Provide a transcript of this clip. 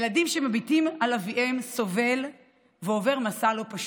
ילדים שמביטים על אביהם סובל ועובר מסע לא פשוט.